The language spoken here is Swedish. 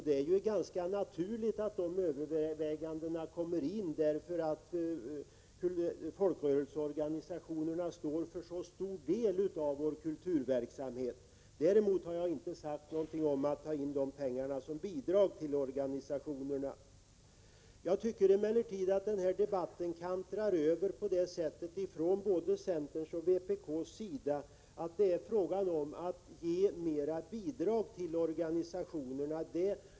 Det är ganska naturligt att sådana överväganden tas in i bilden därför att folkrörelseorganisationerna står för en så stor del av vår kulturverksamhet. Däremot har jag inte sagt någonting om att ta in dessa pengar som bidrag till organisationerna. Jag tycker emellertid att debatten kantrar när både centern och vpk menar att frågan gäller att ge mera bidrag till organisationerna.